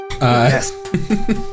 Yes